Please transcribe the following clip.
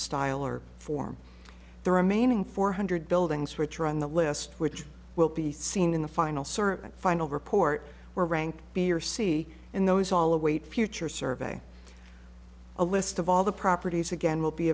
style or form the remaining four hundred buildings which are on the list which will be seen in the final certain final report where rank b or c and those all await future survey a list of all the properties again will be